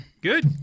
Good